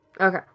Okay